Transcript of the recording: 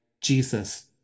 Jesus